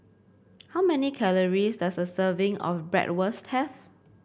how many calories does a serving of Bratwurst have